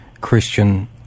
Christian